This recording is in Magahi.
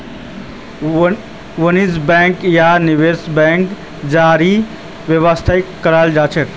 वाणिज्य बैंक या निवेश बैंकेर जरीए व्यवस्थित कराल जाछेक